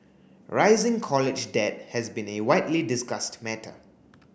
rising college debt has been a widely discussed matter